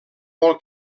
vol